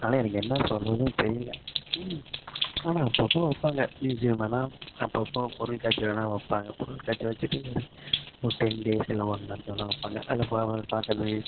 அதனால் எனக்கு என்ன சொல்கிறதுன்னு தெரியல ம் ஆனால் அப்பப்போ வைப்பாங்க ம்யூசியம் வேணா அப்பப்போ பொருள்காட்சி வேணா வைப்பாங்க பொருள்காட்சி வெச்சுட்டு ஒரு ஒரு டென் டேஸ் இல்லை ஒன் மந்த் வேணா வைப்பாங்க அதில் பாக்கிறது